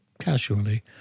casually